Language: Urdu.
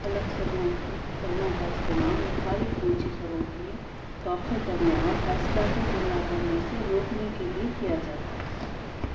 فلک سروں کی سروں کا استعمال مخالف اونچی سروں کی توقع کرنے اور فیصلہ کن حملہ کرنے سے روکنے کے لیے کیا جاتا ہے